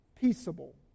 peaceable